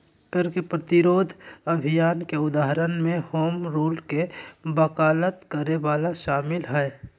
कर प्रतिरोध अभियान के उदाहरण में होम रूल के वकालत करे वला शामिल हइ